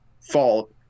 fault